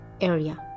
area